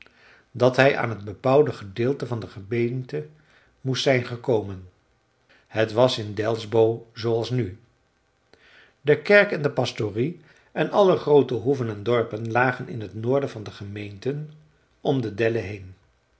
dat hij aan t bebouwde gedeelte van de gemeente moest zijn gekomen t was in delsbo zooals nu de kerk en de pastorie en alle groote hoeven en dorpen lagen in t noorden van de gemeente om de dellen heen